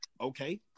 Okay